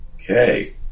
Okay